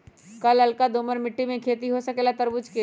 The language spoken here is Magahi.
का लालका दोमर मिट्टी में खेती हो सकेला तरबूज के?